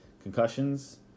Concussions